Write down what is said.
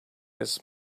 his